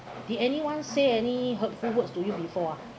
did anyone say any hurtful words to you before ah